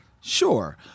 Sure